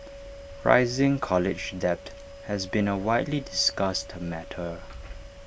rising college debt has been A widely discussed matter